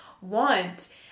want